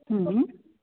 आम्